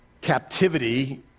captivity